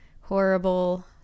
horrible